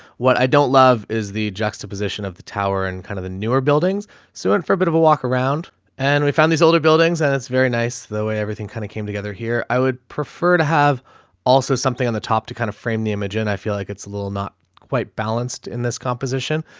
what i don't love is the juxtaposition of the tower and kind of the newer buildings sewan forbid have a walk around and we found these older buildings and it's very nice the way everything kind of came together here. i would prefer to have also something on the top to kind of frame the image and i feel like it's a little, not quite balanced in this composition,